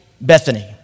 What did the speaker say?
Bethany